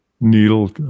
needle